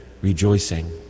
rejoicing